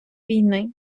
війни